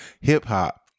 Hip-hop